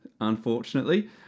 unfortunately